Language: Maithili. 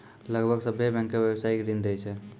लगभग सभ्भे बैंकें व्यवसायिक ऋण दै छै